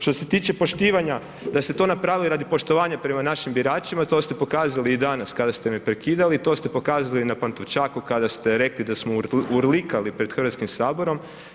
Što se tiče poštivanja, da ste to napravili radi poštovanja prema našim biračima, to ste pokazali i danas kada ste me prekidali, to ste pokazali na Pantovčaku, kada ste rekli da smo urlikali pred Hrvatskim saborom.